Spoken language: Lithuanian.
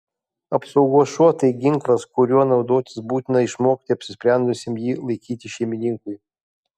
apsaugos šuo tai ginklas kuriuo naudotis būtina išmokti apsisprendusiam jį laikyti šeimininkui